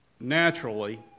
naturally